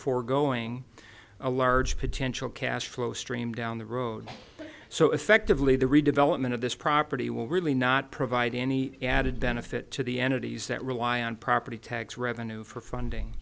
foregoing a large potential cash flow stream down the road so effectively the redevelopment of this property will really not provide any added benefit to the entities that rely on property tax revenue for funding